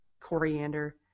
coriander